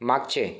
मागचे